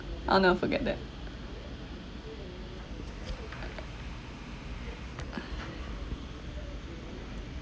I'll never forget that